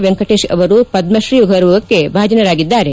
ವೆಂಕಟೇಶ್ ಅವರು ಪದ್ಮಶ್ರೀ ಗೌರವಕ್ಕೆ ಭಾಜನರಾಗಿದ್ದಾರೆ